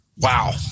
wow